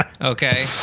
Okay